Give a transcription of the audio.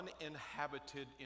uninhabited